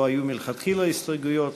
לא היו מלכתחילה הסתייגויות,